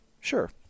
Sure